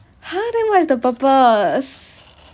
!huh! then what is the purpose